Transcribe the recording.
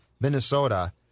Minnesota